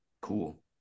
cool